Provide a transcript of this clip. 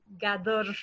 gather